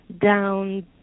down